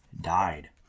died